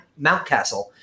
Mountcastle